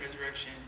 resurrection